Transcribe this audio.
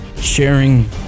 sharing